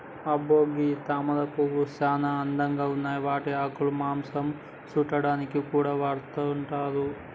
అబ్బో గీ తామరపూలు సానా అందంగా ఉన్నాయి వాటి ఆకులు మాంసం సుట్టాడానికి కూడా వాడతున్నారు